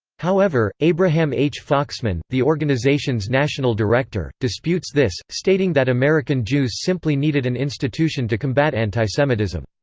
however, abraham h. foxman, the organization's national director, disputes this, stating that american jews simply needed an institution to combat anti-semitism.